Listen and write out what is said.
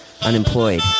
Unemployed